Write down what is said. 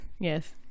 Yes